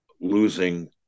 losing